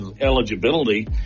eligibility